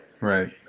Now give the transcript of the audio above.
Right